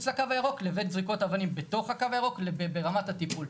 לקו הירוק לבין זריקות אבנים בתוך הקו הירוק וברמת הטיפול.